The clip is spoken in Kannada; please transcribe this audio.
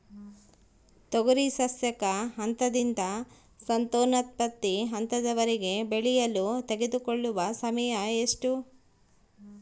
ತೊಗರಿ ಸಸ್ಯಕ ಹಂತದಿಂದ ಸಂತಾನೋತ್ಪತ್ತಿ ಹಂತದವರೆಗೆ ಬೆಳೆಯಲು ತೆಗೆದುಕೊಳ್ಳುವ ಸಮಯ ಎಷ್ಟು?